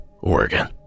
Oregon